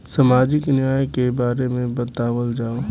सामाजिक न्याय के बारे में बतावल जाव?